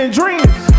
dreams